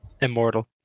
immortal